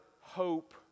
hope